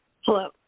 hello